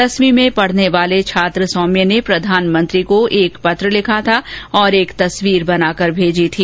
दसवीं में पढ़ने वाले छात्र सौम्य ने प्रधानमंत्री को एक पत्र लिखा था और एक तस्वीर बनाकर भेजी थी